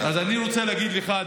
אז אני רוצה להגיד לך,